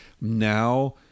Now